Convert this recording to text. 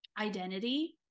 identity